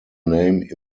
name